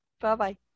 Bye-bye